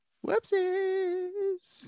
Whoopsies